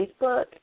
Facebook